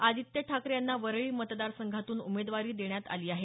आदित्य ठाकरे यांना वरळी मतदार संघातून उमेदवारी देण्यात आली आहे